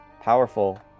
Powerful